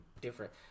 different